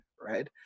right